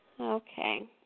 Okay